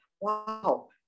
wow